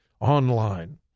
online